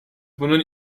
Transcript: bunun